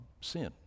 sin